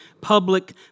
public